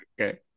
Okay